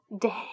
day